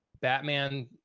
Batman